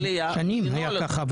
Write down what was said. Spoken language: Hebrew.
שנים זה היה ככה,